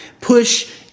push